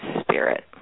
Spirit